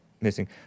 missing